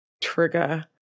trigger